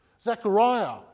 Zechariah